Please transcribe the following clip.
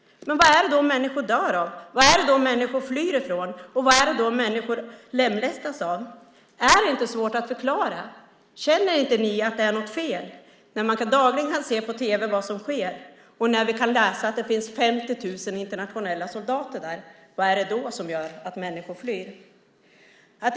Vad är det då människor dör av? Vad är det då människor flyr ifrån? Vad är det då människor lemlästas av? Är det inte svårt att förklara? Känner ni inte att det är något fel när man dagligen på tv kan se vad som sker, och när vi kan läsa att det finns 50 000 internationella soldater där? Vad är det då som gör att människor flyr?